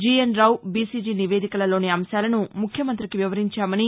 GN Rao BCG నివేదికలలోని అంశాలను ముఖ్యమంతికి వివరించామని